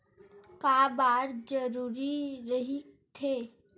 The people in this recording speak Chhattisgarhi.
का बार जरूरी रहि थे?